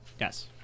Yes